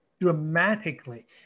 dramatically